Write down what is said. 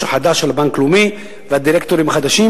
החדש של בנק לאומי והדירקטורים החדשים,